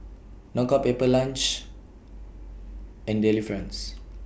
Knockout Pepper Lunch and Delifrance